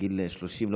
בגיל 30,